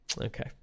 okay